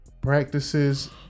practices